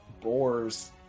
boars